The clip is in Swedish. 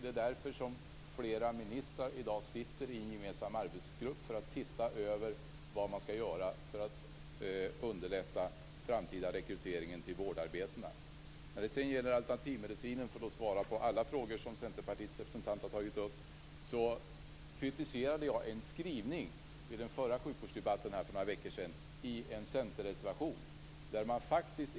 Det är därför som flera ministrar i dag sitter i en gemensam arbetsgrupp för att se över vad man skall göra för att underlätta framtida rekrytering till vårdarbeten. För att svara på alla frågor som Centerpartiets representant har tagit upp vill jag angående alternativmediciner säga att jag vid den förra sjukvårdsdebatten för några veckor sedan kritiserade en skrivning i en centerreservation.